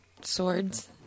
swords